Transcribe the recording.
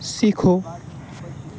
سیکھو